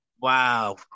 Wow